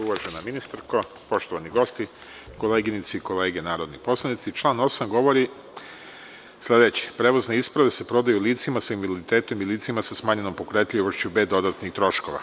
Uvažena ministarko, poštovani gosti, koleginice i kolege narodni poslanici, član 8. govori sledeće – Prevozne isprave se prodaju licima sa invaliditetom i licima sa smanjenom pokretljivošću bez dodatnih troškova.